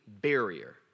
barrier